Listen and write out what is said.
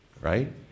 Right